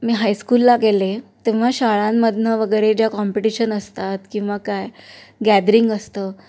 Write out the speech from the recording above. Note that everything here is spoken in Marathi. मी हायस्कूलला गेले तेव्हा शाळांमधून वगैरे ज्या कॉम्पिटिशन असतात किंवा काय गॅदरिंग असतं